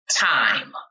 time